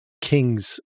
King's